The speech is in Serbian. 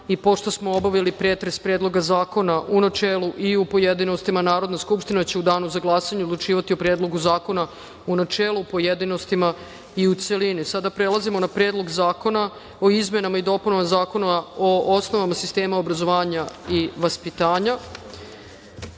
i pošto smo obavili pretres Predloga zakona, u načelu i u pojedinostima, Narodna skupština će u danu za glasanje odlučivati o Predlogu zakona, u načelu, u pojedinostima i u celini. Sada prelazimo na Predlog zakona o izmenama i dopunama Zakona o osnovama sistema obrazovanja i vaspitanja. Primili